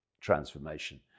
transformation